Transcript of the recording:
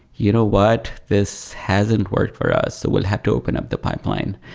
you know what? this hasn't worked for us. we'll have to open up the pipeline.